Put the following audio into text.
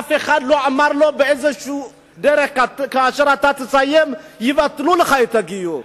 אף אחד לא אמר לו באיזו דרך שכאשר הוא יסיים יבטלו לו את הגיור.